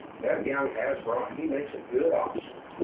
that young hasbrouck, he makes a good off'cer.